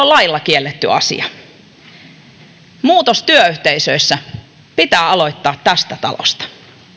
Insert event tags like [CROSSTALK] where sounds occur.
[UNINTELLIGIBLE] lailla kielletty asia muutos työyhteisöissä pitää aloittaa tästä talosta